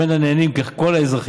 שממנה נהנים כל האזרחים,